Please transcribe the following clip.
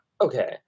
Okay